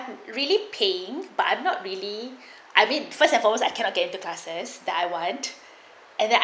really pain but I'm not really I mean first and foremost I cannot get into classes that I want and I